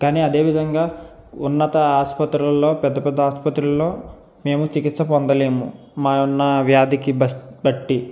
కానీ అదే విధంగా ఉన్నత ఆసుపత్రులలో పెద్ద పెద్ద ఆసుపత్రులలో మేము చికిత్స పొందలేము మా నా వ్యాధికి బట్టి